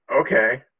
Okay